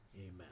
Amen